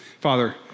Father